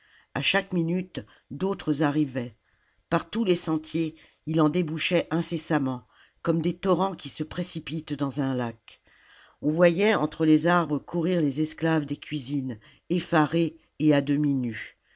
a chaque minute d'autres arrivaient par tous les sentiers il en débouchait incessamment comme des torrents qui se précipitent dans un lac on voyait entre les arbres courir les esclaves des cuisalammbo sines effarés et à demi nus